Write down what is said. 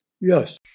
Yes